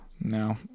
No